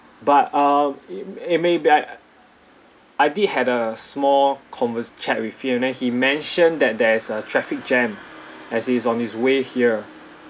but uh it~ it may be I~ I did had a small conver~ chat with him and then he mentioned that there is a traffic jam as he is on his way here